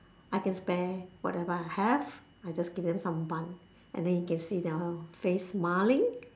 I can spare whatever I have I just give them some bun and then you can see their face smiling